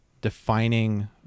defining